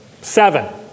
Seven